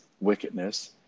wickedness